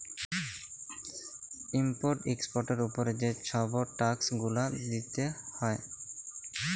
import এক্সপর্টের উপরে যে ছব ট্যাক্স গুলা দিতে হ্যয়